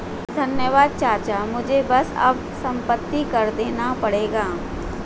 धन्यवाद चाचा मुझे बस अब संपत्ति कर देना पड़ेगा